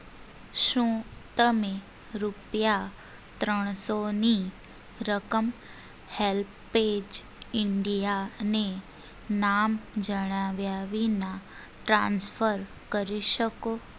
શું તમે રૂપિયા ત્રણસોની રકમ હેલ્પેજ ઇન્ડિયાને નામ જણાવ્યા વિના ટ્રાન્સફર કરી શકો